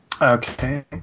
Okay